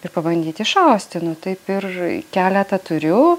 ir pabandyti išausti nu taip ir keletą turiu